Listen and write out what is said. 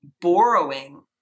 borrowing